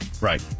Right